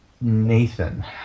Nathan